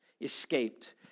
Escaped